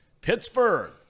Pittsburgh